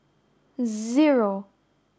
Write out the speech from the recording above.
zero